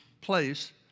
place